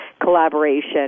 collaboration